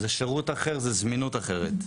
זה שירות אחר, זו זמינות אחרת.